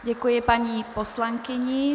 Děkuji paní poslankyni.